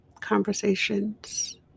conversations